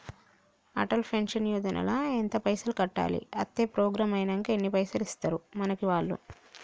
Atal pension Yojana ల ఎంత పైసల్ కట్టాలి? అత్తే ప్రోగ్రాం ఐనాక ఎన్ని పైసల్ ఇస్తరు మనకి వాళ్లు?